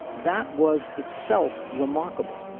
that was itself remarkable.